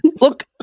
Look